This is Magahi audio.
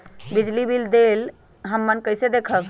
बिजली बिल देल हमन कईसे देखब?